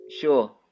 Sure